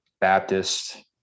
Baptist